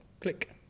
Click